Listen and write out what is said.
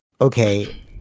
okay